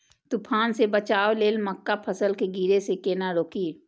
तुफान से बचाव लेल मक्का फसल के गिरे से केना रोकी?